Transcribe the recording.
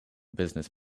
business